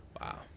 Wow